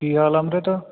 ਕੀ ਹਾਲ ਆ ਅੰਮ੍ਰਿਤ